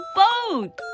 boat